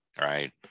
Right